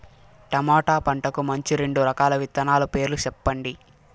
tomato పంటకు మంచి రెండు రకాల విత్తనాల పేర్లు సెప్పండి